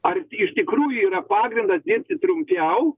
ar iš tikrųjų yra pagrindas dirbti trumpiau